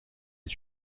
est